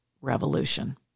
revolution